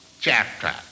chapter